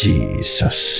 Jesus